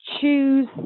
choose